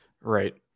right